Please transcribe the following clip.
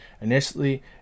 Initially